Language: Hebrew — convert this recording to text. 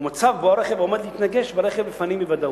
ומצב שבו הרכב עומד להתנגש ברכב לפנים בוודאות.